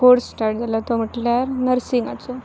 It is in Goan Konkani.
कोर्स स्टार्ट जाला तो म्हटल्यार नर्सिंगाचो